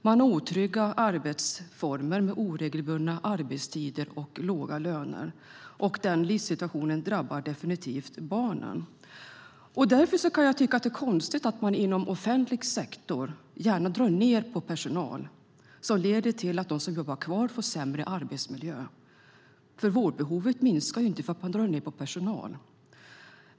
Man har otrygga arbetsformer med oregelbundna arbetstider och låga löner, och den livssituationen drabbar definitivt barnen. Därför kan jag tycka att det är konstigt att man inom offentlig sektor gärna drar ned på personal som leder till att de som jobbar kvar får sämre arbetsmiljö, för vårdbehovet minskar ju inte för att man drar ned på personal.